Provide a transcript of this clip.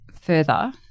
further